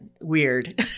weird